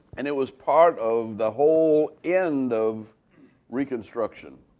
and it was part of the whole end of reconstruction.